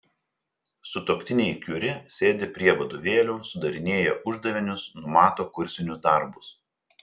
sutuoktiniai kiuri sėdi prie vadovėlių sudarinėja uždavinius numato kursinius darbus